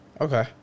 Okay